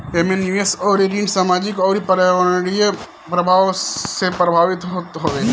एमे निवेश अउरी ऋण सामाजिक अउरी पर्यावरणीय प्रभाव से प्रभावित होत हवे